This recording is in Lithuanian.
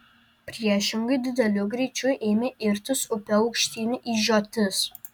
priešingai dideliu greičiu ėmė irtis upe aukštyn į žiotis